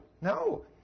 no